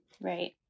right